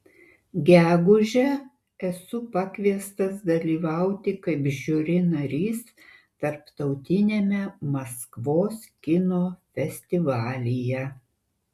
gegužę esu pakviestas dalyvauti kaip žiuri narys tarptautiniame maskvos kino festivalyje